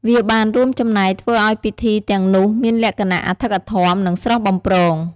វាបានរួមចំណែកធ្វើឲ្យពិធីទាំងនោះមានលក្ខណៈអធិកអធម និងស្រស់បំព្រង។